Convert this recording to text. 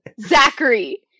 Zachary